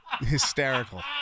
hysterical